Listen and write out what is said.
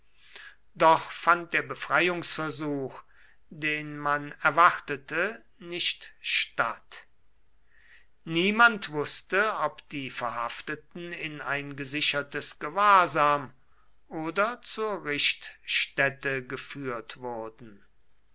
doch fand der befreiungsversuch den man erwartete nicht statt niemand wußte ob die verhafteten in ein gesichertes gewahrsam oder zur richtstätte geführt wurden